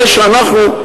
הרי שאנחנו,